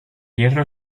hierro